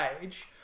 age